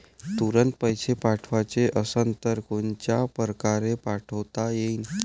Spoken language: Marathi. तुरंत पैसे पाठवाचे असन तर कोनच्या परकारे पाठोता येईन?